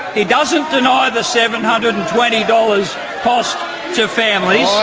he doesn't deny the seven hundred and twenty dollars cost to families.